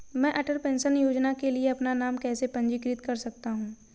मैं अटल पेंशन योजना के लिए अपना नाम कैसे पंजीकृत कर सकता हूं?